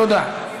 תודה.